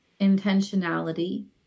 intentionality